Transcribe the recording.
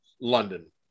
London